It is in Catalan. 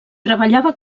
treballava